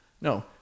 No